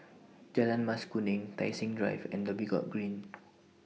Jalan Mas Kuning Tai Seng Drive and The Dhoby Ghaut Green